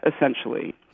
essentially